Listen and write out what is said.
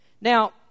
Now